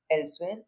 elsewhere